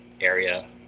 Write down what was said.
area